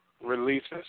releases